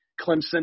Clemson